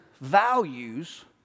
values